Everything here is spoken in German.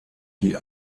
die